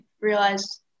realized